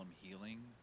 healing